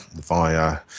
via